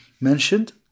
mentioned